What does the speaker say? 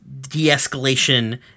de-escalation